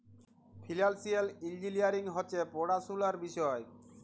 financial engineering হছে পড়াশুলার বিষয়